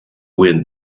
wind